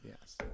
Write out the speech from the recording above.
Yes